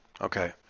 Okay